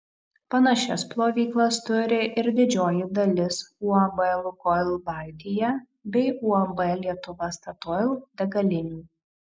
panašias plovyklas turi ir didžioji dalis uab lukoil baltija bei uab lietuva statoil degalinių